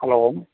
hello